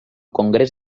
congrés